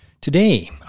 Today